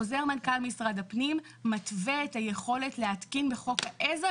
חוזר מנכ"ל משרד הפנים מתווה את היכולת להתקין בחוק העזר,